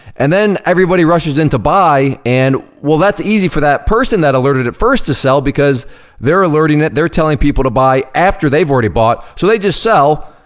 and then, everybody rushes in to buy, and well, that's easy for that person that alerted it first to sell because they're alerting it, they're telling people to buy after they've already bought, so they just sell,